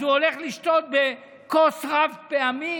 אז הוא הולך לשתות בכוס רב-פעמית?